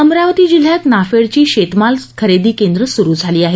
अमरावती जिल्ह्यात नाफेडची शेतमाल खरेदी केंद्र सुरू झाली आहेत